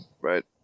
right